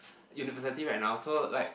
university right now so like